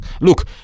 look